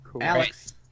Alex